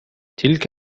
تلك